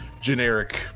generic